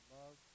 love